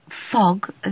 fog